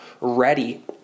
ready